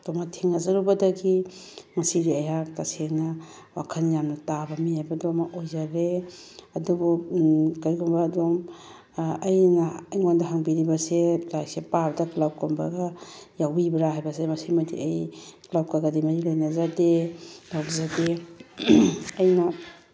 ꯑꯗꯨ ꯑꯃ ꯊꯦꯡꯅꯖꯔꯨꯕꯗꯒꯤ ꯉꯁꯤꯗꯤ ꯑꯩꯍꯥꯛ ꯇꯁꯦꯡꯅ ꯋꯥꯈꯜ ꯌꯥꯝꯅ ꯇꯥꯕ ꯃꯤ ꯍꯥꯏꯕꯗꯣ ꯑꯃ ꯑꯣꯏꯖꯔꯦ ꯑꯗꯨꯕꯨ ꯀꯔꯤꯒꯨꯝꯕ ꯑꯗꯨꯝ ꯑꯩꯅ ꯑꯩꯉꯣꯟꯗ ꯍꯪꯕꯤꯔꯤꯕꯁꯦ ꯂꯥꯏꯔꯤꯛꯁꯦ ꯄꯥꯕꯗ ꯀ꯭ꯂꯞꯀꯨꯝꯕꯒ ꯌꯥꯎꯕꯤꯕ꯭ꯔꯥ ꯍꯥꯏꯕꯁꯦ ꯃꯁꯤꯃꯗꯤ ꯑꯩ ꯀ꯭ꯂꯞꯀꯀꯗꯤ ꯃꯔꯤ ꯂꯩꯅꯖꯗꯦ ꯇꯧꯖꯗꯦ ꯑꯩꯅ